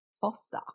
foster